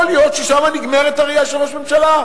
יכול להיות ששם נגמרת הראייה של ראש הממשלה,